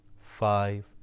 five